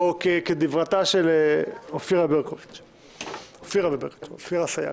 כדבריה של אופירה אסייג.